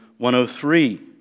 103